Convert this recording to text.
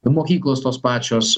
mokyklos tos pačios